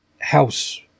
house